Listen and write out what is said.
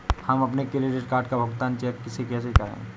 हम अपने credit card का भुगतान चेक से कैसे करें?